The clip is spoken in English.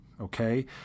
okay